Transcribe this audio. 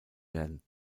werden